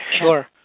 sure